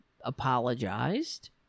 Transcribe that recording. apologized